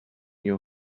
your